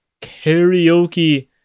karaoke